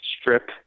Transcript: strip